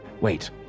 Wait